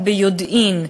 אם הוא הטעה אותי ביודעין,